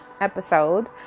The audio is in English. episode